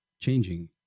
changing